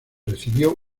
recibió